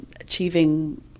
achieving